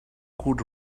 could